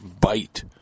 bite